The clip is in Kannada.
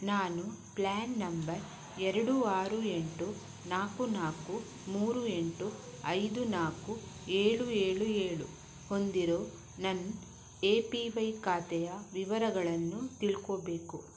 ನಾನು ಪ್ರ್ಯಾನ್ ನಂಬರ್ ಎರಡು ಆರು ಎಂಟು ನಾಲ್ಕು ನಾಲ್ಕು ಮೂರು ಎಂಟು ಐದು ನಾಲ್ಕು ಏಳು ಏಳು ಏಳು ಹೊಂದಿರೋ ನನ್ನ ಎ ಪಿ ವೈ ಖಾತೆಯ ವಿವರಗಳನ್ನು ತಿಳ್ಕೋಬೇಕು